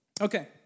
Okay